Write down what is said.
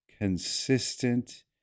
consistent